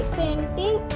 painting